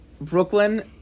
Brooklyn